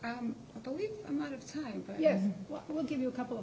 time yes we'll give you a couple of